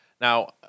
Now